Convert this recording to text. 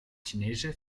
cinesi